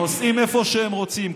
נוסעים איפה שהם רוצים,